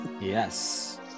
Yes